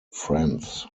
friends